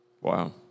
Wow